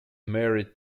married